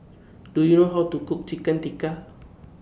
Do YOU know How to Cook Chicken Tikka